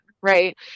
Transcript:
right